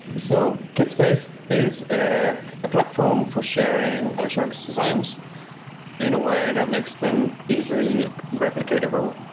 so, kitspace is ah a platform for sharing electronics designs in a way that makes them easily replicatable.